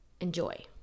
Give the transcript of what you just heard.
enjoy